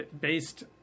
based